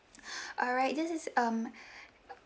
alright this is um